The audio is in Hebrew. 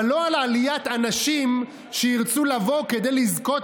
אבל לא על עליית אנשים שירצו לבוא כדי לזכות